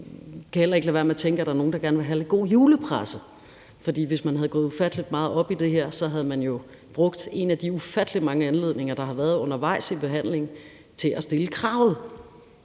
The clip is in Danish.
jeg heller ikke kan lade være med at tænke, at der er nogle, der gerne vil have lidt god julepresse, for hvis man havde gået ufattelig meget op i det her, havde man jo brugt en af de ufattelig mange anledninger, der har været undervejs i forhandlingen, til at stille kravet.